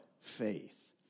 faith